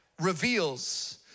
reveals